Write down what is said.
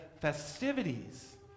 festivities